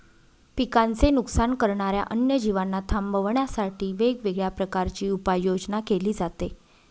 पिकांचे नुकसान करणाऱ्या अन्य जीवांना थांबवण्यासाठी वेगवेगळ्या प्रकारची उपाययोजना केली जाते